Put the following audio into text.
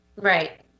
Right